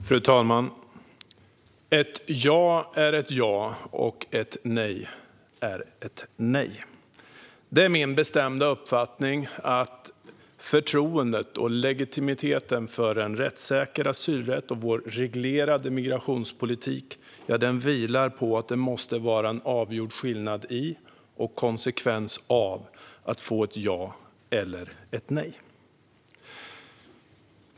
Fru talman! Ett ja är ett ja och ett nej är ett nej. Det är min bestämda uppfattning att förtroendet och legitimiteten för en rättssäker asylrätt och vår reglerade migrationspolitik vilar på att det måste vara en avgjord skillnad i och konsekvens av att få ett ja eller ett nej.